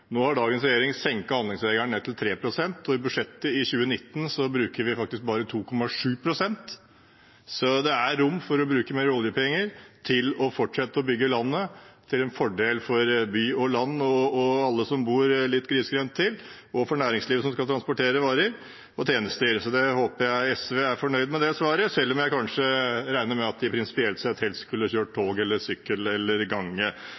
Nå har dagens regjering senket handlingsregelen til 3 pst. I budsjettet for 2019 bruker vi faktisk bare 2,7 pst. Så det er rom for å bruke mer oljepenger til å fortsette å bygge landet – til fordel for by og land og alle som bor litt grisgrendt, og for næringslivet, som skal transportere varer og tilby tjenester. Jeg håper SV er fornøyd med det svaret, selv om jeg regner med at de prinsipielt sett helst skulle kjørt tog eller